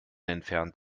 entfernt